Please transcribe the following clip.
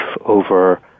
over